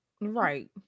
right